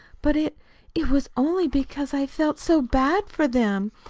but it it was only because i felt so bad for them.